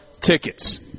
tickets